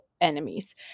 enemies